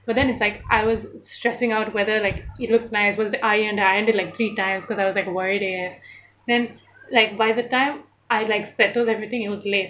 but then it's like I was stressing out whether like it looked nice was it ironed I and then like three times 'cause I was like worried A_F then like by the time I like settle everything it was late